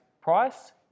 price